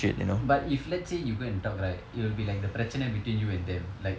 but if let's say you go and talk right it'll be like the பிரச்சனை:piracchanai between you and them like